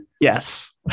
Yes